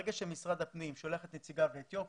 ברגע שמשרד הפנים שולח את נציגיו לאתיופיה,